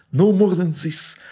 no more than this.